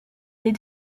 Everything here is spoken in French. des